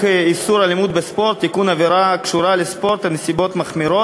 איסור אלימות בספורט (תיקון) (הגברת האכיפה),